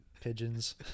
pigeons